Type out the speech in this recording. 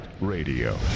Radio